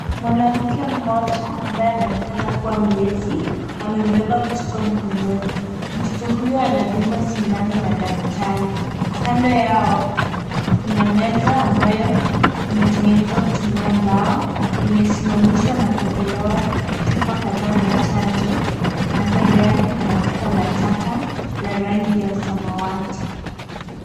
Mwanamke mmoja ambaye anaonekana kuwa mlezi, amembeba mtoto mkononi. Mtoto huyo anadungwa sindano na daktari. Kando yao, kuna meza ambayo imetengenezwa kutumia mbao, imesimamishwa na kuwekelewa chupa kadhaa za chanjo, na kando yake kuna pipa la taka la rangi ya samawati.